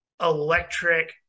electric